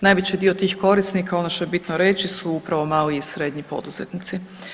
Najveći dio tih korisnika ono što je bitno reći su upravo mali i srednji poduzetnici.